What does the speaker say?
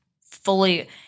fully